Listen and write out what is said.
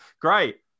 great